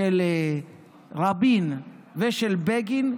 של רבין ושל בגין,